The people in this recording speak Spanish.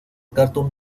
cartoon